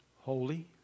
holy